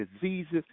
diseases